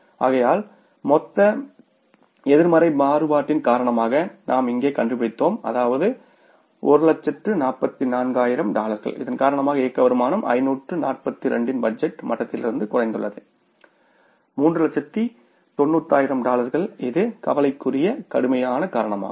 ஆகையால் மொத்த எதிர்மறை மாறுபாட்டின் காரணமாக நாம் இங்கே கண்டுபிடித்தோம் அதாவது 14400 டாலர்கள் இதன் காரணமாக ஆப்ரேட்டிங் இன்கம் 542 இன் பட்ஜெட் மட்டத்திலிருந்து குறைந்துள்ளது 396000 டாலர்கள் இது கவலைக்குரிய கடுமையான காரணமாகும்